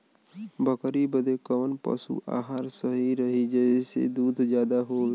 बकरी बदे कवन पशु आहार सही रही जेसे दूध ज्यादा होवे?